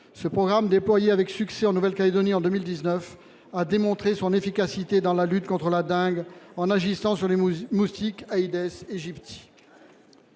Ce programme, déployé avec succès en Nouvelle-Calédonie en 2019, a démontré son efficacité dans la lutte contre la dingue en agissant sur les moustiques aïdes égyptiques.